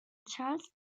charles